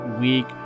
week